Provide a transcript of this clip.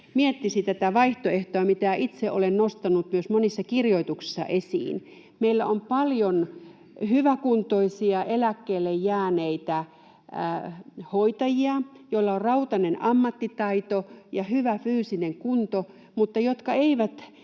miettisi tätä vaihtoehtoa, mitä itse olen nostanut myös monissa kirjoituksissa esiin. Meillä on paljon hyväkuntoisia eläkkeelle jääneitä hoitajia, joilla on rautainen ammattitaito ja hyvä fyysinen kunto mutta jotka eivät